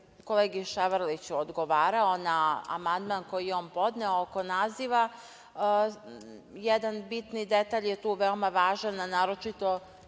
kolegi Ševarliću odgovarao na amandman, koji je on podneo oko naziva, jedan bitan detalj je tu veoma važan, a naročito